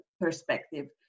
perspective